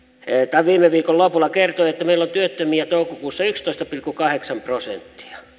tai viime viikon lopulla kertoi että meillä oli työttömiä toukokuussa yksitoista pilkku kahdeksan prosenttia